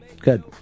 Good